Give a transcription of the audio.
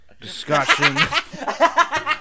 discussion